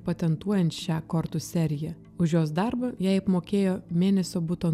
patentuojant šią kortų seriją už jos darbą jai apmokėjo mėnesio buto